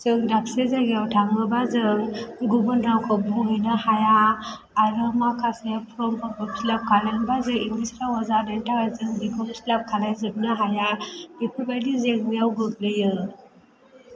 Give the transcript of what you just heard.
जों दाबसे जायगायाव थाङोबा जों गुबुन रावखौ बुंहैनो हाया आरो माखासे फर्मफोरखौ फिलाप खालामनोबा जों इंग्लिश रावआव जानायनि थाखाय जों बेखौ फिलाप खालामजोबनो हाया बेफोरबायदि जेंनायाव गोग्लैयो